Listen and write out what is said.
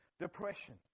depression